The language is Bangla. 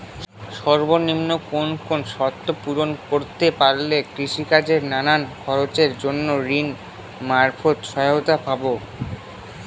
সর্বনিম্ন কোন কোন শর্ত পূরণ করতে পারলে কৃষিকাজের নানান খরচের জন্য ঋণ মারফত সহায়তা পাব?